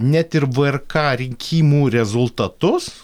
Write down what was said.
net ir vrk rinkimų rezultatus